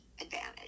advantage